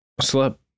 slept